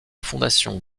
fondation